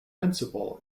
principal